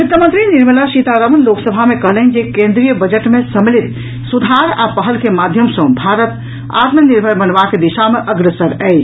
वित्त मंत्री निर्मला सीतारामन लोकसभा मे कहलनि जे केन्द्रीय बजट मे सम्मिलित सुधार आ पहल के माध्यम सॅ भारत आत्मनिर्भर बनबाक दिशा मे अग्रसर अछि